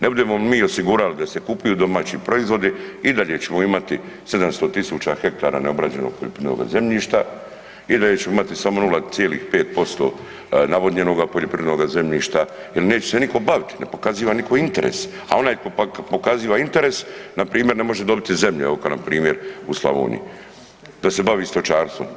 Ne budemo li mi osigurali da se kupuju domaći proizvodi, i dalje ćemo imati 700 000 ha neobrađenog poljoprivrednog zemljišta, i dalje ćemo imati samo 0,5% navodnjenoga poljoprivrednoga zemljišta jer neće se niko baviti, ne pokaziva niko interes a onaj koji pokaziva interes, npr. ne može dobiti zemlju, evo kao npr. u Slavoniji da se bavi stočarstvom.